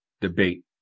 debate